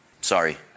Sorry